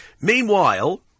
Meanwhile